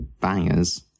bangers